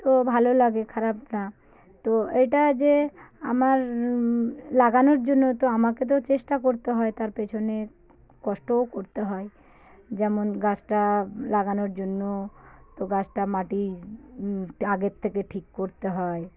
তো ভালো লাগে খারাপ না তো এটা যে আমার লাগানোর জন্যে তো আমাকে তো চেষ্টা করতে হয় তার পেছনে কষ্টও করতে হয় যেমন গাছটা লাগানোর জন্য তো গাছটা মাটি আগের থেকে ঠিক করতে হয়